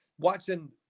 watching